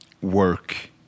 work